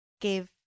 give